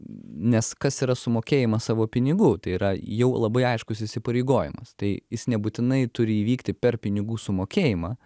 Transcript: nes kas yra sumokėjimas savo pinigų tai yra jau labai aiškus įsipareigojimas tai jis nebūtinai turi įvykti per pinigų sumokėjimą